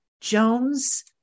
Jones